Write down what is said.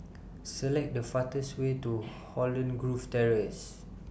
Select The fastest Way to Holland Grove Terrace